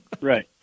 Right